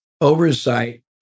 oversight